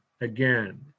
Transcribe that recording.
again